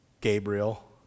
Gabriel